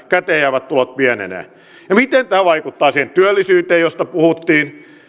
käteen jäävät tulot pienenevät ja miten tämä vaikuttaa siihen työllisyyteen josta puhuttiin